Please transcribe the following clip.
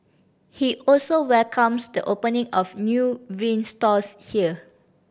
he also welcomes the opening of new vinyl stores here